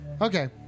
Okay